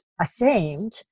ashamed